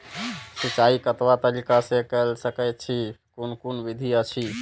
सिंचाई कतवा तरीका स के कैल सकैत छी कून कून विधि अछि?